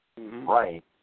Right